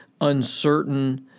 uncertain